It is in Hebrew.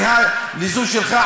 זהה לזו שלך,